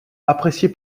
apprécié